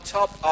top